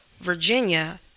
Virginia